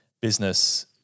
Business